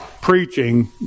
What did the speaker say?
preaching